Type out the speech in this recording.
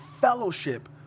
fellowship